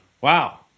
Wow